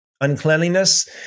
uncleanliness